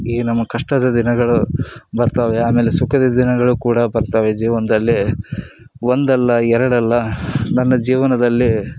ಈ ನಮ್ಮ ಕಷ್ಟದ ದಿನಗಳು ಬರ್ತವೆ ಆಮೇಲೆ ಸುಖದ ದಿನಗಳು ಕೂಡ ಬರ್ತವೆ ಜೀವನದಲ್ಲಿ ಒಂದಲ್ಲ ಎರಡಲ್ಲ ನನ್ನ ಜೀವನದಲ್ಲಿ